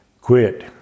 quit